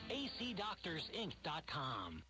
acdoctorsinc.com